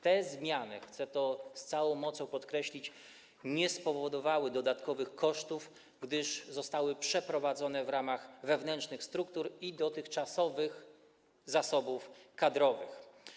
Te zmiany, chcę to z całą mocą podkreślić, nie spowodowały dodatkowych kosztów, gdyż zostały przeprowadzone w ramach wewnętrznych struktur i dotychczasowych zasobów kadrowych.